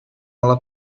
ela